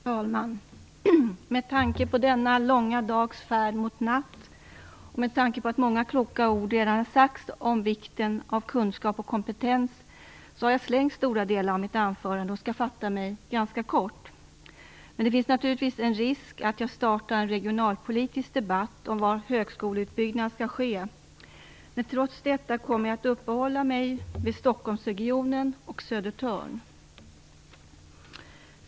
Fru talman! Med tanke på denna långa dags färd mot natt och med tanke på att många kloka ord redan har sagts om vikten av kunskap och kompetens tänker jag utelämna stora delar av mitt anförande och fatta mig ganska kort. Men det finns naturligtvis en risk för att jag startar en regionalpolitisk debatt om var högskoleutbyggnad skall ske. Trots detta kommer jag att uppehålla mig vid Stockholmsregionen och Södertörn.